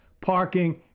parking